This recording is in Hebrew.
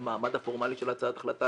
המעמד הפורמלי של הצעת החלטה,